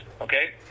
okay